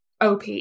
OP